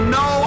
no